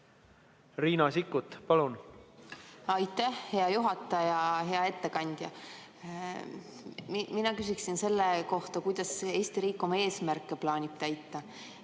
Riina Sikkut, palun! Aitäh, hea juhataja! Hea ettekandja! Mina küsin selle kohta, kuidas Eesti riik oma eesmärke plaanib täita.